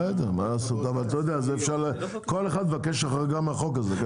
אתה יודע, כל אחד יבקש החרגה מהחוק הזה.